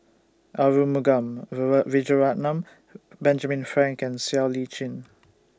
Arumugam Vijiaratnam Benjamin Frank and Siow Lee Chin